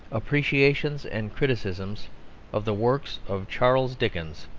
appreciations and criticisms of the works of charles dickens,